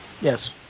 Yes